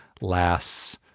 lasts